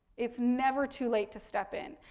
it's never too late to step in.